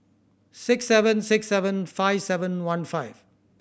six seven six seven five seven one five